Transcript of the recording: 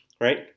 Right